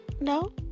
No